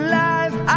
life